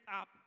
up